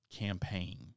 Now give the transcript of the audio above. campaign